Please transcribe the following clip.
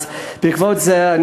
אז בעקבות זה,